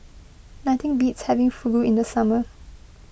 nothing beats having Fugu in the summer